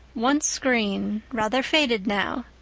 once green, rather faded now,